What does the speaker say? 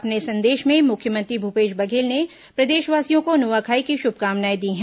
अपने संदेश में मुख्यमंत्री भूपेश बघेल ने प्रदेशवासियों को नुआखाई की शुभकामनाएं दी हैं